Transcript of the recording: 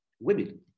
women